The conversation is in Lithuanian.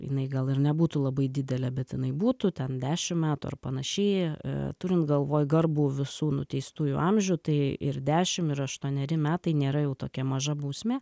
jinai gal ir nebūtų labai didelė bet jinai būtų ten dešim metų ar panaši turint galvoj garbų visų nuteistųjų amžių tai ir dešim ir aštuoneri metai nėra jau tokia maža bausmė